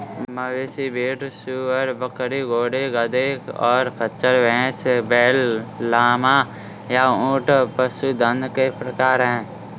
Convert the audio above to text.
मवेशी, भेड़, सूअर, बकरी, घोड़े, गधे, और खच्चर, भैंस, बैल, लामा, या ऊंट पशुधन के प्रकार हैं